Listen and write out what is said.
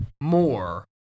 more